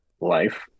life